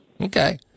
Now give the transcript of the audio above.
Okay